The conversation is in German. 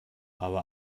aber